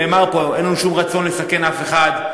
נאמר פה שאין לנו שום רצון לסכן אף אחד,